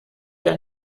der